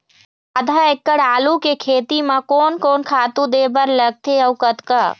आधा एकड़ आलू के खेती म कोन कोन खातू दे बर लगथे अऊ कतका?